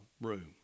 room